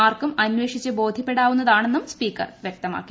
ആർക്കും അന്വേഷിച്ച് ഇക്കാര്യം ബോധ്യപ്പെടാവുന്നതാണെ്ന്നും സ്പീക്കർ വ്യക്തമാക്കി